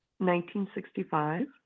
1965